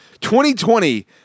2020